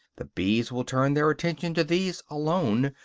the bees will turn their attention to these alone,